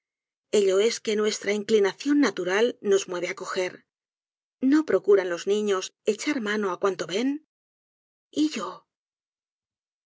ello es que nuestra inclinación natural nos mueve á cojer no procuran los niños echar mano á cuanto ven y yo